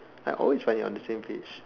I always find them on the same page